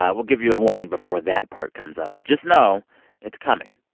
ah we'll give you a warning before that part comes up, but just know it's coming.